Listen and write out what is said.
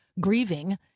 grieving